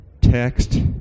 text